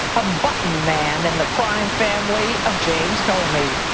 a button man in the crime family of james comey.